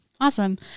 Awesome